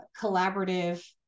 collaborative